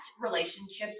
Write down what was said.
relationships